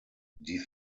die